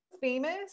famous